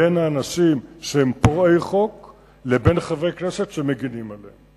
בין אנשים שהם פורעי חוק לבין חברי הכנסת שמגינים עליהם.